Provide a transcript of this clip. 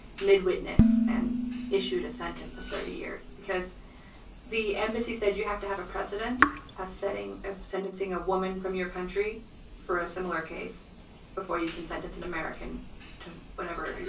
mid-witness, and issued a sentence of thirty years because the embassy said you have to have a precedent of setting of sentencing a woman from your country for a similar case before you can sentence an american to whatever it is.